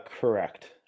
correct